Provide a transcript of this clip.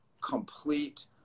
complete